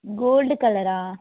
gold కలరా